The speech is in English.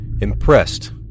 impressed